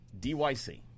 DYC